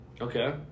Okay